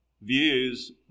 views